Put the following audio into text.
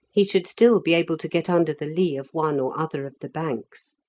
he should still be able to get under the lee of one or other of the banks.